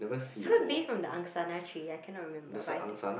it could be from the Angsana tree I cannot remember but I think